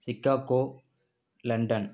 Chicago London